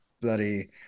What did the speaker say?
bloody